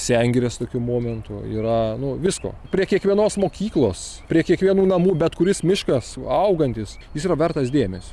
sengirės tokiu momentu yra nu visko prie kiekvienos mokyklos prie kiekvienų namų bet kuris miškas augantis jis yra vertas dėmesio